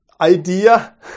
idea